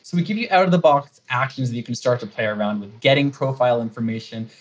so we give you out of the box actions that you can start to play around with. getting profile information,